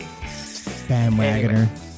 bandwagoner